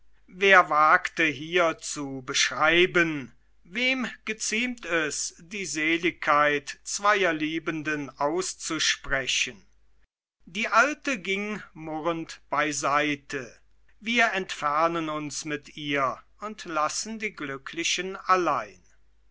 wer wagte hier zu beschreiben wem geziemt es die seligkeit zweier liebenden auszusprechen die alte ging murrend beiseite wir entfernen uns mit ihr und lassen die zu glücklichen allein